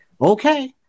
Okay